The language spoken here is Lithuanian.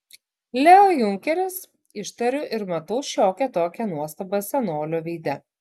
leo junkeris ištariu ir matau šiokią tokią nuostabą senolio veide